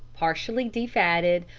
partially de-fatted,